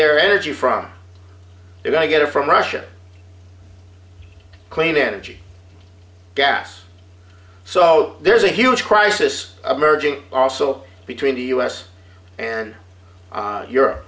their energy from it i get it from russia clean energy gass so there's a huge crisis a merger also between the u s and europe